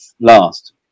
last